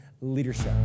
leadership